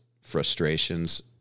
frustrations